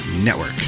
network